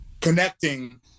connecting